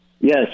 Yes